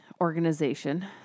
organization